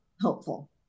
helpful